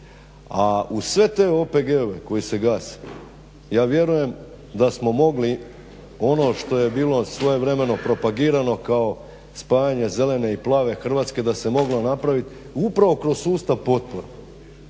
A uz sve te OPG-ove koji se gase ja vjerujem da smo mogli ono što je bilo svojevremeno propagirano kao spajanje zelene i plave Hrvatske, da se moglo napraviti upravo kroz sustav potpora.